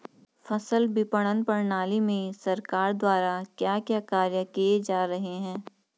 फसल विपणन प्रणाली में सरकार द्वारा क्या क्या कार्य किए जा रहे हैं?